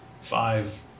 five